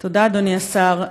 תודה, אדוני סגן השר.